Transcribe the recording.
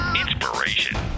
Inspiration